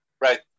right